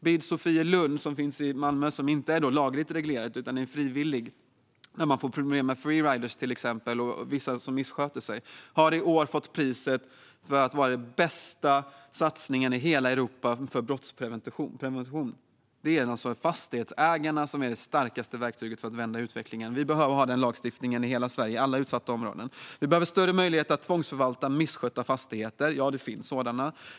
BID Sofielund i Malmö, som inte är lagligt reglerat utan frivilligt och där man till exempel har problem med free-riders och vissa som missköter sig, har i år fått priset för att vara den bästa satsningen i hela Europa för brottsprevention. Det är alltså fastighetsägarna som är det starkaste verktyget för att vända utvecklingen. Vi behöver ha den lagstiftningen i hela Sverige, i alla utsatta områden. Vi behöver större möjligheter att tvångsförvalta misskötta fastigheter - ja, det finns sådana.